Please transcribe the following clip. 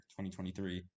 2023